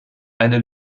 eine